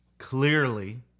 clearly